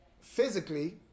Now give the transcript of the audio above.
physically